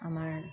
আমাৰ